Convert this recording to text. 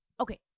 okay